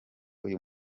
uyu